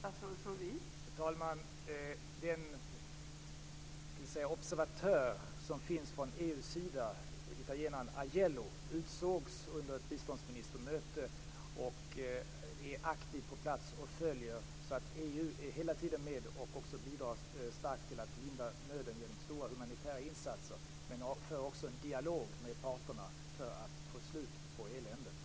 Fru talman! Den observatör som finns från EU:s sida, italienaren Ajello, utsågs under ett biståndsministermöte. Han är aktiv på plats och följer utvecklingen. EU är hela tiden med och bidrar också starkt till att lindra nöden genom stora humanitära insatser. Man för också en dialog med parterna för att få slut på eländet.